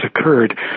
occurred